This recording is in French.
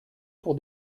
pour